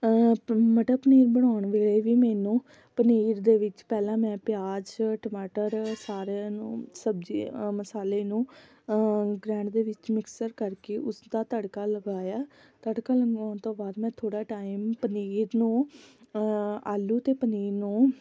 ਪ ਮਟਰ ਪਨੀਰ ਬਣਾਉਣ ਵੇਲੇ ਵੀ ਮੈਨੂੰ ਪਨੀਰ ਦੇ ਵਿੱਚ ਪਹਿਲਾਂ ਮੈਂ ਪਿਆਜ ਟਮਾਟਰ ਸਾਰਿਆਂ ਨੂੰ ਸਬਜ਼ੀ ਮਸਾਲੇ ਨੂੰ ਗ੍ਰੈਂਡ ਦੇ ਵਿੱਚ ਮਿਕਸਰ ਕਰਕੇ ਉਸ ਦਾ ਤੜਕਾ ਲਗਾਇਆ ਤੜਕਾ ਲਗਾਉਣ ਤੋਂ ਬਾਅਦ ਮੈਂ ਥੋੜ੍ਹਾ ਟਾਈਮ ਪਨੀਰ ਨੂੰ ਆਲੂ ਅਤੇ ਪਨੀਰ ਨੂੰ